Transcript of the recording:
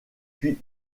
puis